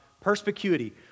Perspicuity